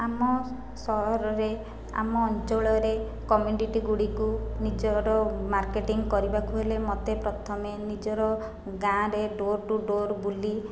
ଆମ ସହରରେ ଆମ ଅଞ୍ଚଳରେ କମିଡ଼ିଟିଗୁଡ଼ିକୁ ନିଜ ମାର୍କେଟିଂ କରିବାକୁ ହେଲେ ମୋତେ ପ୍ରଥମେ ନିଜର ଗାଁରେ ଡୋର୍ ଟୁ ଡୋର୍ ବୁଲି